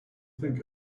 think